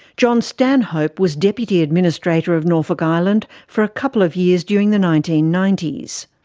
jon stanhope was deputy administrator of norfolk island for a couple of years during the nineteen ninety s.